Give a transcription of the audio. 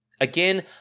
Again